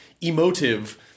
emotive